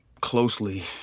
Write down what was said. closely